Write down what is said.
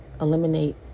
Eliminate